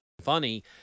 funny